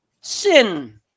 sin